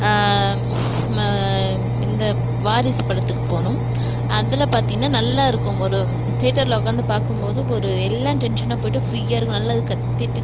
இந்த வாரிசு படத்துக்கு போனோம் அதில் பார்த்திங்கனா நல்லா இருக்கும் ஒரு தேட்டரில் உக்காந்து பார்க்கும்போது ஒரு எல்லாம் டென்ஷன்லா போய்ட்டு ஃப்ரீயாக இருக்கும் நல்லா கத்திவிட்டு